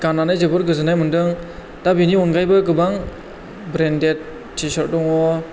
गाननानै जोबोर गोजोननाय मोनदों दा बिनि अनगायैबो गोबां ब्रेन्डेड टि सार्ट दङ